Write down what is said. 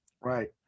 right